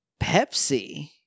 Pepsi